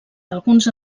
d’alguns